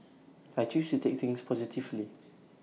I choose to take things positively